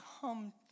come